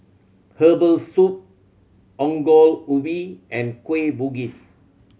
herbal soup Ongol Ubi and Kueh Bugis